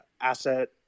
asset